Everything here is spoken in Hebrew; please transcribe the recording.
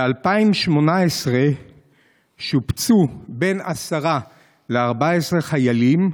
ב-2018 שובצו בין 10 ל-14 חיילים,